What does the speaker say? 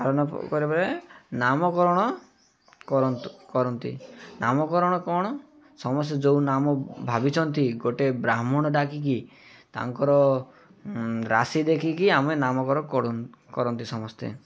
ପାଳନ କରିବା ନାମକରଣ କରନ୍ତୁ କରନ୍ତି ନାମକରଣ କ'ଣ ସମସ୍ତେ ଯେଉଁ ନାମ ଭାବିଛନ୍ତି ଗୋଟେ ବ୍ରାହ୍ମଣ ଡାକିକି ତାଙ୍କର ରାଶି ଦେଖିକି ଆମେ ନାମକରଣ କର କରନ୍ତି ସମସ୍ତେ